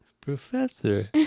Professor